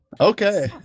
Okay